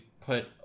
put